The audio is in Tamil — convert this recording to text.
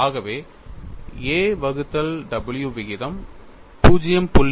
ஆகவே a w விகிதம் 0